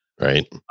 Right